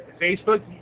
Facebook